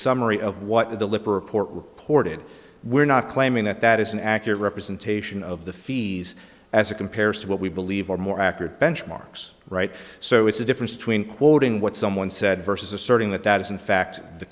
summary of what the lipper report reported we're not claiming that that is an accurate representation of the fees as it compares to what we believe or more accurate benchmarks right so it's a difference between quoting what someone said versus asserting that that is in fact the